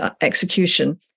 execution